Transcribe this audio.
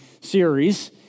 series